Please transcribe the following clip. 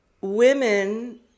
women